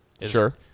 Sure